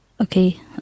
Okay